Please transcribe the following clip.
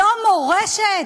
זו מורשת?